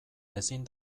ezin